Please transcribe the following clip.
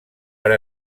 per